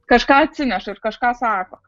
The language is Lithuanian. kažką atsineša ir kažką sako